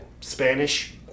Spanish